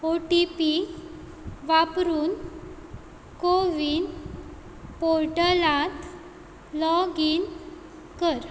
ओ T P वापरून कोविन पोर्टलात लॉगीन कर